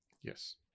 yes